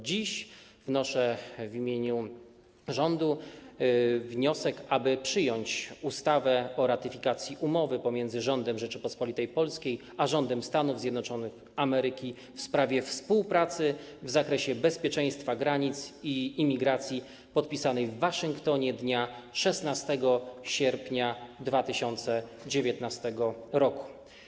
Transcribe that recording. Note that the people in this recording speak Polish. Dziś w imieniu rządu wnoszę o to, aby przyjąć ustawę o ratyfikacji Umowy między Rządem Rzeczypospolitej Polskiej a Rządem Stanów Zjednoczonych Ameryki w sprawie współpracy w zakresie bezpieczeństwa granic i imigracji, podpisanej w Waszyngtonie dnia 16 sierpnia 2019 r.